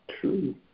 true